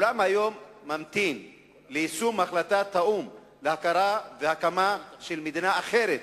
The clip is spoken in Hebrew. היום העולם ממתין ליישום החלטת האו"ם להכרה ולהקמה של מדינה אחרת,